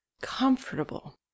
comfortable